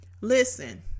listen